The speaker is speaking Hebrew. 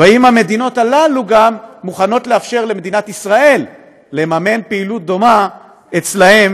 ואם המדינות האלה גם מוכנות לאפשר למדינת ישראל לממן פעילות דומה אצלן,